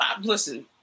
Listen